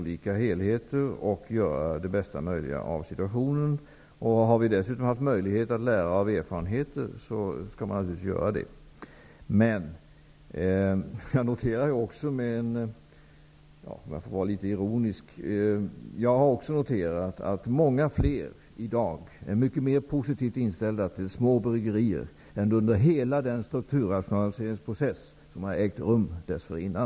Sedan får man göra det bästa av situationen. Om man dessutom har haft möjlighet att lära av erfarenheter, skall man naturligtvis ta till vara den möjligheten. Och för att vara litet ironisk: Jag har också noterat att många fler är i dag mycket mer positivt inställda till små bryggerier än under hela den strukturrationaliseringsprocess som dessförinnan har ägt rum. Det är positivt.